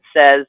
says